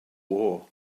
war